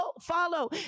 follow